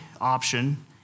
option